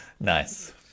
Nice